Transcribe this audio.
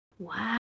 Wow